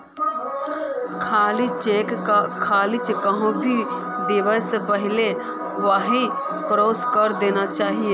खाली चेक कहाको भी दीबा स पहले वहाक क्रॉस करे देना चाहिए